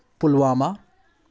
Pulwama